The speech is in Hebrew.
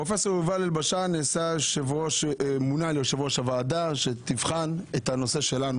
פרופסור יובל אלבשן מונה ליושב-ראש הוועדה שתבחן את הנושא שלנו,